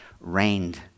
rained